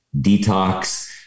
detox